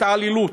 התעללות,